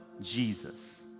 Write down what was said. Jesus